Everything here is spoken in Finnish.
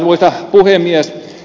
arvoisa puhemies